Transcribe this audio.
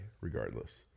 regardless